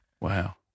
Wow